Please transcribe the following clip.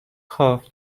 health